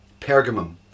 Pergamum